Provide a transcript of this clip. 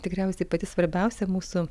tikriausiai pati svarbiausia mūsų